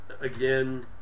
again